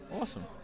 Awesome